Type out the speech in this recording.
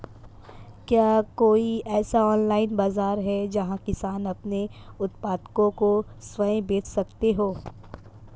क्या कोई ऐसा ऑनलाइन बाज़ार है जहाँ किसान अपने उत्पादकों को स्वयं बेच सकते हों?